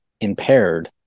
impaired